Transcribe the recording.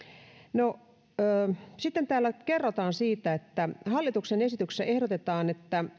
no sitten täällä kerrotaan siitä että hallituksen esityksessä ehdotetaan että